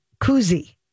koozie